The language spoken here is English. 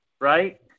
Right